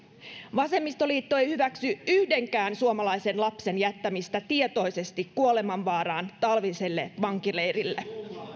vasemmistoliitto ei hyväksy yhdenkään suomalaisen lapsen jättämistä tietoisesti kuolemanvaaraan talviselle vankileirille